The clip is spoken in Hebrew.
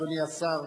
אדוני השר,